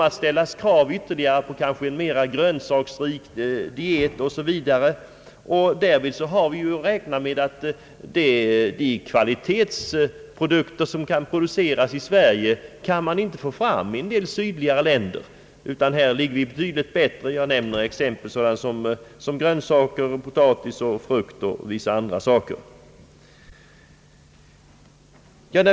Därvid har vi att räkna med ait de kvalitetsprodukter som kan produceras i Sverige kan man inte få fram i en del sydliga länder, utan här ligger vi bättre till. Jag vill t.ex. nämna sådana produkter som grönsaker, potatis och frukt m.fl.